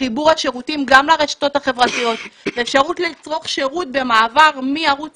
חיבור השירותים גם לרשתות החברתיות ואפשרות לצרוך שירות במעבר מערוץ